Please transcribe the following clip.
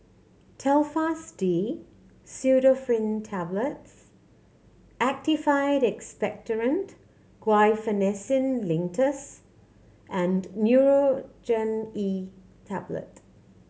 Telfast D Pseudoephrine Tablets Actified Expectorant Guaiphenesin Linctus and Nurogen E Tablet